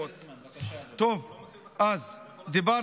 טוב, אז דיברת.